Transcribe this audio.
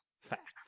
Fact